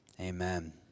amen